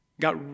got